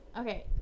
Okay